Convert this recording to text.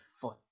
foot